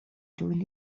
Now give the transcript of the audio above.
joint